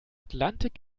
atlantik